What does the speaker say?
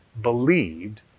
believed